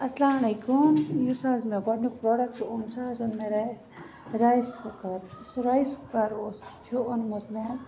اَلسلام علیکُم یُس حظ مےٚ گۄڈنیُک پرٛوڈکٹ اوٚن سُہ حظ اوٚن مےٚ رایِس رایِس کُکر سُہ رایس کُکر اوس چھُ اوٚنمُت مےٚ